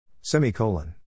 Semicolon